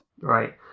Right